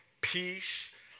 peace